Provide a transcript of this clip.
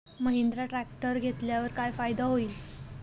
Mahindra tractor घेतल्यावर काय फायदा होईल?